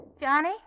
Johnny